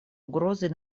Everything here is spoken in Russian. угрозой